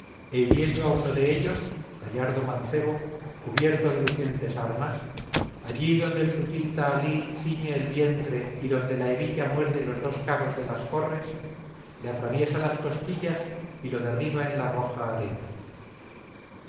e hiriendo a uno de ellos gallardo mancebo cubierto de lucientes armas allí donde el sutil tahalí ciñe el vientre y donde la hebilla muerde los dos cabos de la corres le atraviesa las costillas y lo derriba en la roja arena